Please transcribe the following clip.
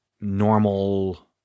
normal